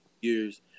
years